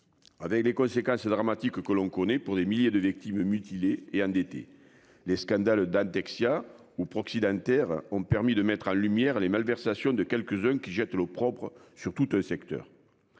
Avec les conséquences dramatiques que l'on connaît pour des milliers de victimes mutilées et endetté. Les scandales date Dexia ou Proxi dentaires ont permis de mettre en lumière les malversations de quelques-uns qui jette l'eau propre surtout le secteur.